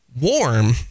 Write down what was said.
warm